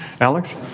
Alex